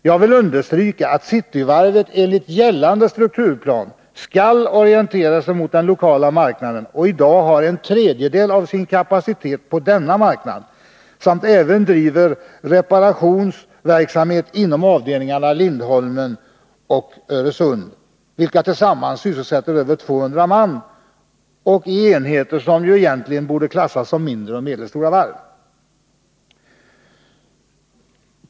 Jag vill understryka att Cityvarvet enligt gällande strukturplan skall orientera sig mot den lokala marknaden, att varvet i dag har en tredjedel av sin kapacitet på denna marknad samt att det även driver reparationsverksamhet inom avdelningarna Lindholmen och Öresund, vilka tillsammans sysselsätter över 200 man och är enheter som egentligen borde klassas som mindre och medelstora varv.